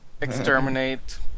exterminate